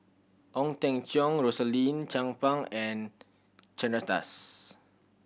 Ong Teng Cheong Rosaline Chan Pang and Chandra Das